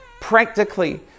practically